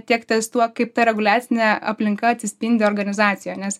tiek ties tuo kaip ta reguliacinė aplinka atsispindi organizacijoj nes